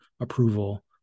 approval